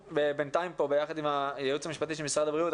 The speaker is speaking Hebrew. בינתיים בדקנו פה ביחד עם הייעוץ המשפטי של משרד הבריאות.